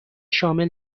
شامل